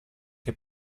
che